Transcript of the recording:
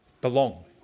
belong